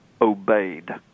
obeyed